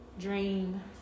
dream